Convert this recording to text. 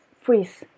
freeze